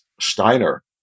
Steiner